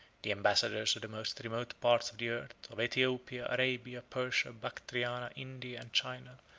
the ambassadors of the most remote parts of the earth, of aethiopia, arabia, persia, bactriana, india, and china,